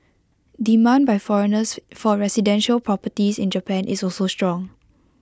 demand by foreigners for residential properties in Japan is also strong